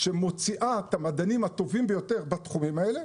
שמוציאה את המדענים הטובים ביותר בתחומים האלה,